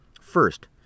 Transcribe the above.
First